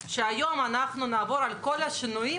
הגוף נותן הכשר עוד לא קם,